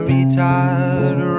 Retired